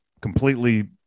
completely